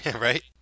right